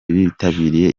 bitabiriye